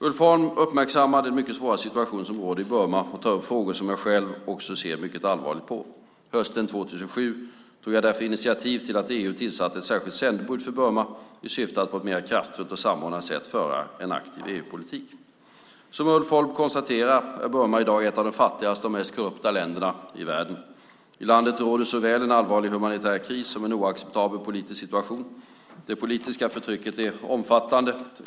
Ulf Holm uppmärksammar den mycket svåra situation som råder i Burma och tar upp frågor som jag själv också ser mycket allvarligt på. Hösten 2007 tog jag därför initiativ till att EU tillsatte ett särskilt sändebud för Burma i syfte att på ett mer kraftfullt och samordnat sätt föra en aktiv EU-politik. Som Ulf Holm konstaterar är Burma i dag ett av de fattigaste och mest korrupta länderna i världen. I landet råder såväl en allvarlig humanitär kris som en oacceptabel politisk situation. Det politiska förtrycket är omfattande.